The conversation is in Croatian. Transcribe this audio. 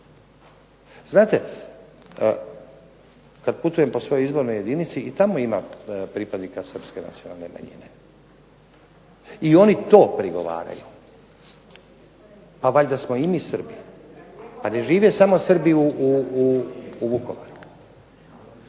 Znate, kad putujem po svojoj izbornoj jedinici i tamo ima pripadnika srpske nacionalne manjine i oni to prigovaraju. A valjda smo i mi Srbi. Pa ne žive samo Srbi u Vukovaru.